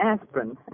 aspirin